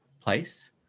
place